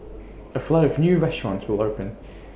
A flood of new restaurants will open